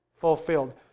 fulfilled